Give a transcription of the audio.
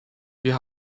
wir